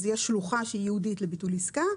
אז יש שלוחה שהיא ייעודית לביטול עסקה,